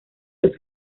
los